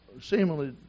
seemingly